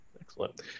Excellent